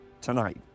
tonight